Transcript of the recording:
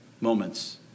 moments